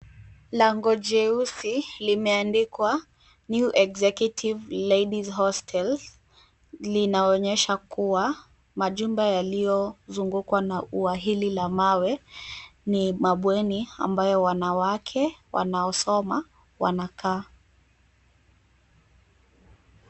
Lango jeusi limeandikwa New Executive Ladies Hostel linaonyesha kuwa majumba yaliyozungukwa na ua hili la mawe ni mabweni ambayo wanawake wanaosoma wanakaa.